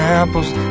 apples